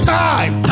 time